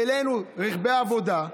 העלינו רכבי עבודה.